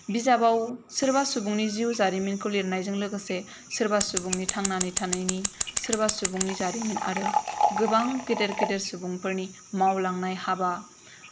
बिजाबाव सोरबा सुबुंनि जिउ जारिमिनखौ लिरनायजों लोगोसे सोरबा सुबुंनि थांनानै थानायनि सोरबा सुबुंनि जारिमिन आरो गोबां गिदिर गिदिर सुबुंफोरनि मावलांनाय हाबा